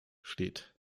steht